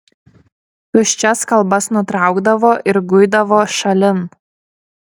tuščias kalbas nutraukdavo ir guidavo šalin